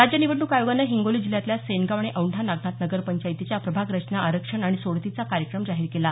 राज्य निवडणूक आयोगानं हिंगोली जिल्ह्यातल्या सेनगांव आणि औंढा नागनाथ नगरपंचायतीच्या प्रभाग रचना आरक्षण आणि सोडतीचा कार्यक्रम जाहीर केला